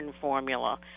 formula